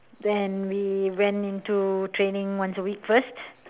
then we went into training once a week first